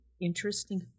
interesting